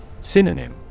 Synonym